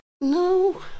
no